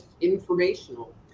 informational